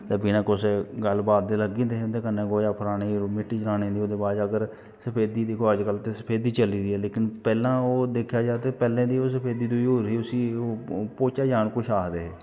बिना कुछ गल्ल बात दे लग्गी जंदे हे गोहेआ फेरानें च मिट्टी चकाने च फिर उ'दे बाद अगर सफेदी अज्जकल दिक्खो सफेदी चली दी ऐ लेकिन पैह्लें ओह् दिक्खेआ जा पैह्लां ओह् सफेदी ते होई दी उसी पोचा जन कुछ आखदे हे